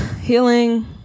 healing